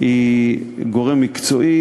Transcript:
היא גורם מקצועי,